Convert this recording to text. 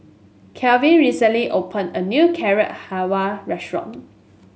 Kevin recently opened a new Carrot Halwa Restaurant